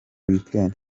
weekend